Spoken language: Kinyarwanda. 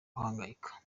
guhangayika